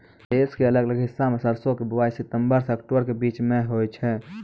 देश के अलग अलग हिस्सा मॅ सरसों के बुआई सितंबर सॅ अक्टूबर के बीच मॅ होय छै